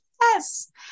yes